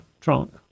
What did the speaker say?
trunk